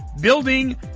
building